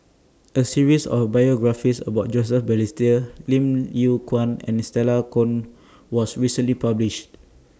A series of biographies about Joseph Balestier Lim Yew Kuan and Stella Kon was recently published